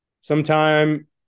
sometime